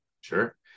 sure